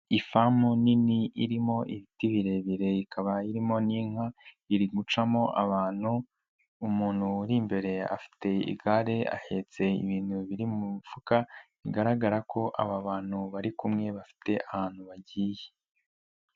Ifamu nini irimo ibiti birebire ikaba irimo n'inka iri gucamo abantu, umuntu uri imbere afite igare ahetse ibintu biri mu mufuka bigaragara ko aba bantu bari kumwe bafite ahantu bagiye.